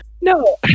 No